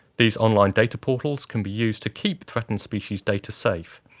these online data portals can be used to keep threatened species data safe.